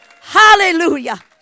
hallelujah